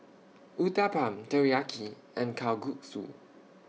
Uthapam Teriyaki and Kalguksu